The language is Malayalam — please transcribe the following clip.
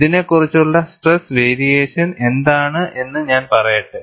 ഇതിനെക്കുറിച്ചുള്ള സ്ട്രെസ് വേരിയേഷൻ എന്താണ് എന്ന് ഞാൻ പറയട്ടെ